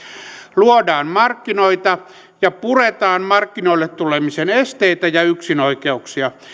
luodaan markkinoita ja puretaan markkinoille tulemisen esteitä ja yksinoikeuksia